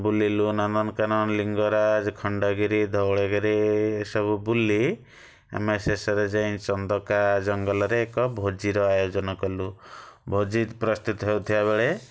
ବୁଲିଲୁ ନନ୍ଦନକାନନ୍ ଲିଙ୍ଗରାଜ ଖଣ୍ଡଗିରି ଧଉଳିଗିରି ଏସବୁ ବୁଲି ଆମେ ଶେଷରେ ଯାଇଁ ଚନ୍ଦକା ଜଙ୍ଗଲରେ ଏକ ଭୋଜିର ଆୟୋଜନ କଲୁ ଭୋଜି ପ୍ରସ୍ତୁତ ହେଉଥିବା ବେଳେ